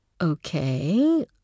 Okay